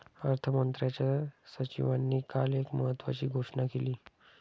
अर्थमंत्र्यांच्या सचिवांनी काल एक महत्त्वाची घोषणा केली